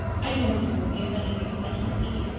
i do hope you won't be offended because i can't eat.